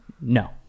No